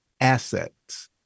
assets